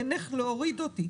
אין איך להוריד אותי.